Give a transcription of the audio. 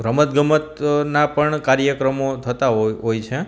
રમતગમતના પણ કાર્યક્રમો થતાં હોય છે